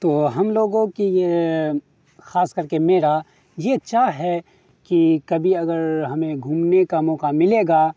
تو ہم لوگوں کی یہ خاص کر کے میرا یہ چاہ ہے کہ کبھی اگر ہمیں گھومنے کا موقع ملے گا